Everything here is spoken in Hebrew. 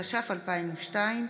התש"ף 2020,